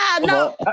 no